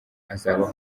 azaba